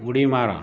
उडी मारा